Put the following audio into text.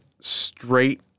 straight